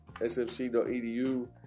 sfc.edu